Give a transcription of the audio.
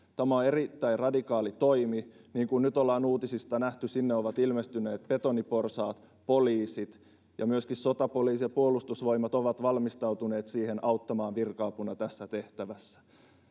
on erittäin radikaali toimi niin kuin nyt ollaan uutisista nähty sinne ovat ilmestyneet betoniporsaat poliisit ja myöskin sotapoliisi ja puolustusvoimat ovat valmistautuneet auttamaan virka apuna tässä tehtävässä